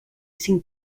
cinc